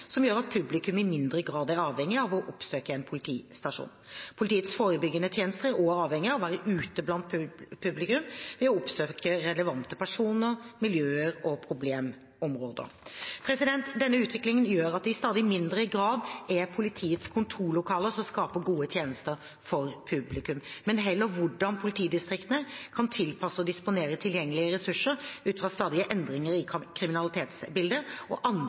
som gjør at publikum i mindre grad er avhengig av å oppsøke en politistasjon. Politiets forebyggende tjenester er også avhengige av å være ute blant publikum ved å oppsøke relevante personer, miljøer og problemområder. Denne utviklingen gjør at det i stadig mindre grad er politiets kontorlokaler som skaper gode tjenester for publikum, men heller hvordan politidistriktene kan tilpasse og disponere tilgjengelige ressurser ut fra stadige endringer i kriminalitetsbildet og andre